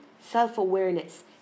self-awareness